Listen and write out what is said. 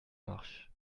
marche